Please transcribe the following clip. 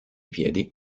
piedi